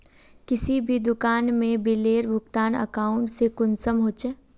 किसी भी दुकान में बिलेर भुगतान अकाउंट से कुंसम होचे?